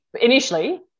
initially